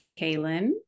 Kaylin